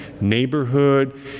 neighborhood